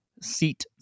seat